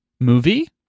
movie